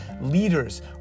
leaders